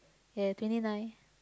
yeah twenty nine